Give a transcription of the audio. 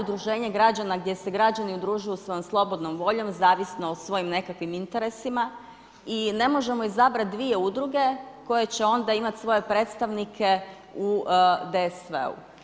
udruženje građana gdje se građani udružuju svojom slobodnom voljom zavisno o svojim nekakvim interesima i ne možemo izabrati dvije udruge koje će onda imati svoje predstavnike u DSV-u.